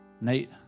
Nate